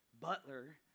butler